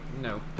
No